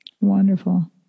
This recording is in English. Wonderful